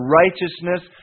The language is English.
righteousness